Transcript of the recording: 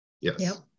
yes